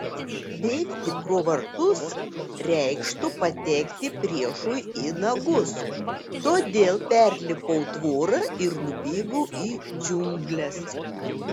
bėgti pro vartus reikštų patekti priešui į nagus todėl perlipau tvorą ir nubėgau į džiungles